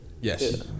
yes